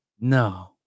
No